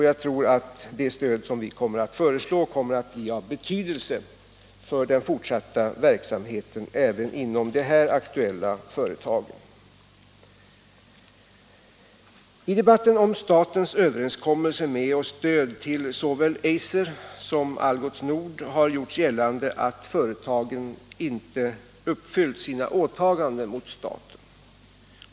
Jag tror att det stöd som vi kommer att föreslå kommer att bli av betydelse för den fortsatta verksamheten även inom de nu aktuella företagen. I debatten om statens överenskommelser med och stöd till såväl Eiser som Algots Nord har gjorts gällande att företagen inte uppfyllt sina åtaganden mot staten.